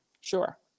Sure